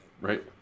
Right